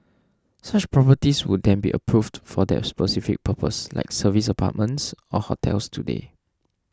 such properties would then be approved for that specific purpose like service apartments or hotels today